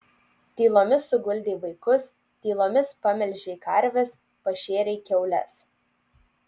tylomis suguldei vaikus tylomis pamelžei karves pašėrei kiaules